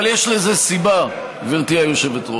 אבל יש לזה סיבה, גברתי היושבת-ראש,